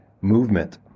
movement